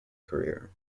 career